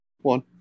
one